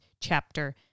chapter